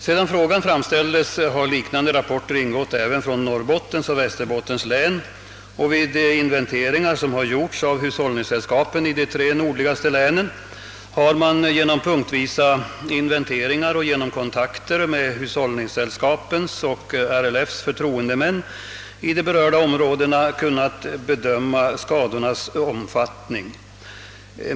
Sedan frågan framställdes har liknande rapporter ingått även från Norrbottens och Västerbottens län, och vid de punktvisa inventeringar som hus hållningssällskapen i de tre nordligaste länen gjort och vid kontakter med hushållningssällskapens och RLF:s förtroendemän i berörda områden har man kunnat bedöma skadornas omfattning.